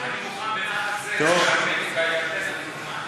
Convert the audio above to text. אני מוכן, זה עכשיו, טוב.